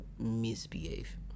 misbehave